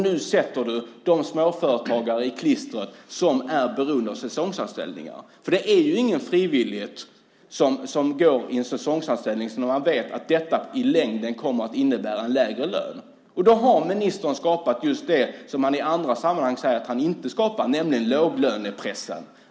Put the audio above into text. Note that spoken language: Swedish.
Nu sätter arbetsmarknadsministern de småföretagare som är beroende av säsongsanställningar i klistret. Det finns ju ingen frivillighet i en säsongsanställning när man vet att den i längden kommer att innebära en lägre lön. Då har ministern skapat just det som han i andra sammanhang säger att han inte skapar, nämligen låglönepressen.